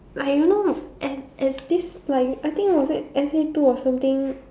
like you know S S this like I think was it S_A two or something